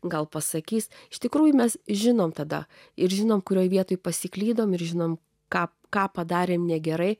gal pasakys iš tikrųjų mes žinome tada ir žinome kurioje vietoj pasiklydome ir žinome ką ką padarėme negerai